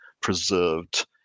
preserved